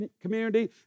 community